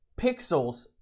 pixels